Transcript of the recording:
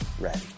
ready